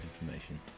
information